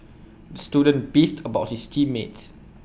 student beefed about his team mates